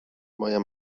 moja